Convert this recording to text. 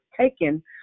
taken